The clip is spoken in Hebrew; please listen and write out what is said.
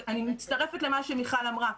אני מצטרפת למה שמיכל אמרה.